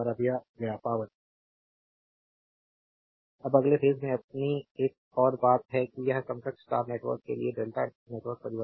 slide समय देखें 2009 अब अगले फेज में अपनी एक और बात है कि एक समकक्ष स्टार नेटवर्क के लिए डेल्टा नेटवर्क परिवर्तित